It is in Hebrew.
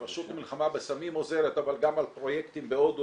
הרשות למלחמה בסמים עוזרת אבל גם על פרויקטים בהודו